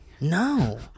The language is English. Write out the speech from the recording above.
no